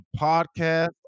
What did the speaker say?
podcast